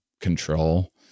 control